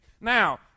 Now